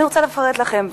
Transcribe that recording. אני רוצה לפרט לכם,